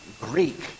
Greek